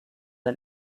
ein